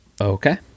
okay